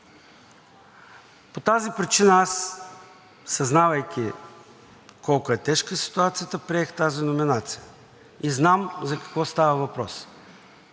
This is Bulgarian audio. По тази причина аз, съзнавайки колко е тежка ситуацията, приех тази номинация и знам за какво става въпрос.